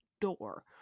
door